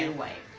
and way,